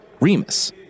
Remus